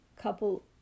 couple